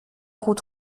route